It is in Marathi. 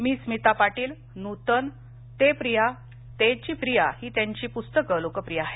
मी स्मिता पाटील नूतन तेंची प्रिया ही त्यांची पुस्तकं लोकप्रिय आहेत